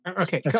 Okay